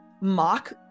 mock